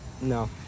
No